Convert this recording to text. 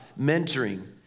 mentoring